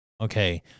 Okay